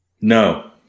No